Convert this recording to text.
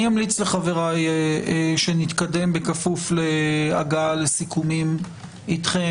אני אמליץ לחברי שנתקדם בכפוף להגעה לסיכומים אתכם,